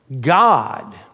God